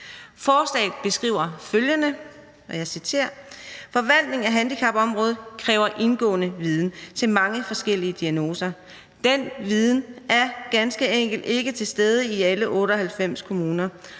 Forslaget beskriver følgende – og jeg citerer: »Forvaltning af handicapområdet kræver indgående viden til mange forskellige diagnoser. Den viden er ganske enkelt ikke til stede i 98 kommuner,